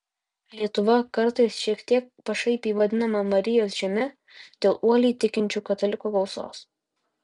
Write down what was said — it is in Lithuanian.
lietuva kartais šiek tiek pašaipiai vadinama marijos žeme dėl uoliai tikinčių katalikų gausos